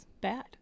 bad